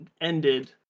ended